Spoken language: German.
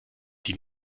die